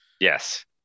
Yes